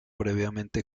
previamente